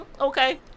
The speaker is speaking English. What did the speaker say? okay